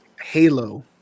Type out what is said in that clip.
Halo